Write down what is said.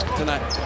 tonight